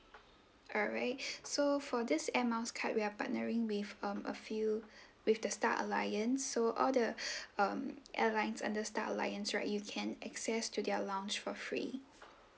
alright so for this air miles card we are partnering with um a few with the star alliance so all the um airlines under star alliance right you can access to their lounge for free